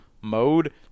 mode